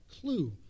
clue